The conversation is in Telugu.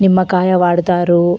నిమ్మకాయ వాడుతారు